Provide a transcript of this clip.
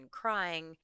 crying